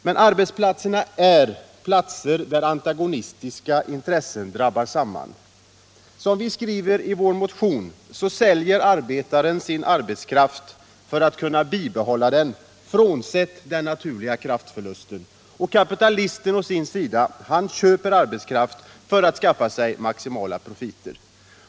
Men arbetsplatserna är platser där antagonistiska intressen drabbar samman. Som vi skriver i vår motion säljer arbetaren sin arbetskraft för att kunna bibehålla den — frånsett den naturliga kraftförlusten — och kapitalisten å sin sida köper arbetskraft för att skaffa sig maximala profiter.